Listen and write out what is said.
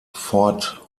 fort